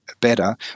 better